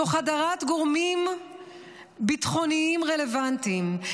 תוך הדרת גורמים ביטחוניים רלוונטיים,